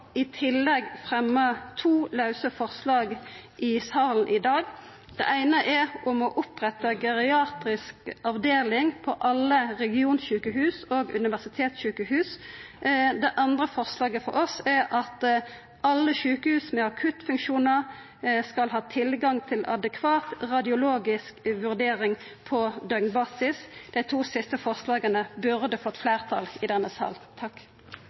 i tillegg fremja to forslag i salen i dag. Det eine er om å oppretta geriatrisk avdeling på alle regionsjukehus og universitetssjukehus. Det andre forslaget frå oss går ut på at alle sjukehus med akuttfunksjonar skal ha tilgang til adekvat radiologisk vurdering på døgnbasis. Dei to siste forslaga eg nemnde, burde fått fleirtal i denne